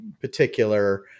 particular